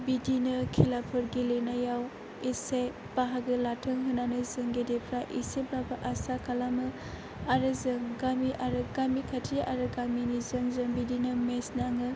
बिदिनो खेलाफोर गेलेनायाव एसे बाहागो लाथों होननानै जों गेदेरफ्रा एसेबाबो आसा खालामो आरो जों गामि आरो गामि खाथि आरो गामिनिजों जों बिदिनो मेत्स नाङो